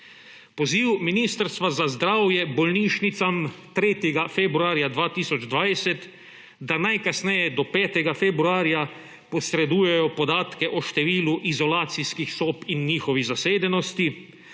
poziv Ministrstva za zdravje bolnišnicam 3. februarja 2020, da najkasneje do 5. februarja posredujejo podatke o številu izolacijskih sob in njihovih zasedenosti,